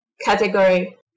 category